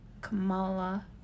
Kamala